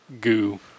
goo